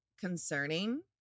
concerning